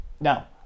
Now